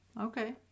Okay